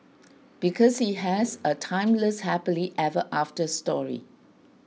because he has a timeless happily ever after story